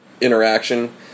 interaction